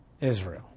Israel